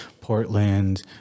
Portland